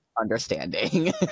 understanding